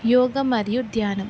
యోగ మరియు ధ్యానం